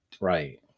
Right